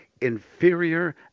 inferior